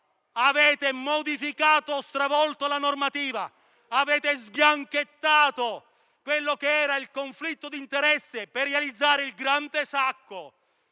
avete modificato e stravolto la normativa; avete sbianchettato il conflitto di interesse per realizzare il grande sacco